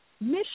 mission